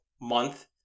month